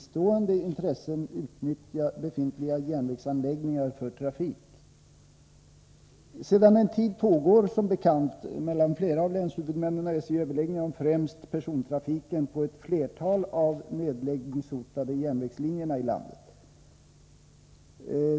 Sedan en tid tillbaka pågår som bekant mellan flera av länshuvudmännen och SJ överläggningar om främst persontrafiken på ett flertal av de nedläggningshotade järnvägslinjerna i landet.